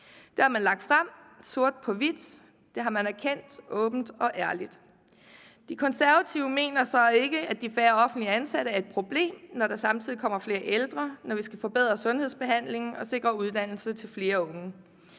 Det har man lagt frem sort på hvidt; det har man erkendt åbent og ærligt. De Konservative mener så ikke, at de færre offentligt ansatte er et problem, når der samtidig kommer flere ældre, når vi skal forbedre sygdomsbehandlingen, og når vi skal sikre uddannelse til flere unge.